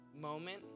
moment